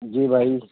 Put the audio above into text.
جی بھائی